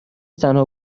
تنها